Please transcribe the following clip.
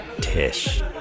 Tish